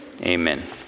Amen